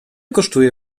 kosztuje